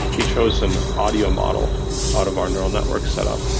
he chose an audio model out of our neural networks setup,